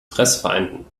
fressfeinden